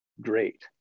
great